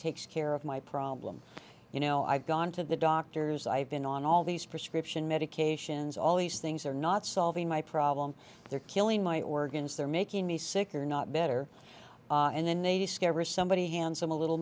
takes care of my problem you know i've gone to the doctors i've been on all these prescription medications all these things are not solving my problem they're killing my organs they're making me sicker not better and then they discover somebody handsome a little